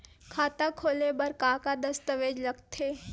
खाता खोले बर का का दस्तावेज लगथे?